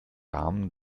rahmen